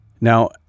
Now